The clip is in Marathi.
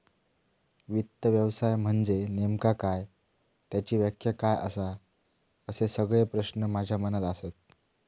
वित्त व्यवसाय म्हनजे नेमका काय? त्याची व्याख्या काय आसा? असे सगळे प्रश्न माझ्या मनात आसत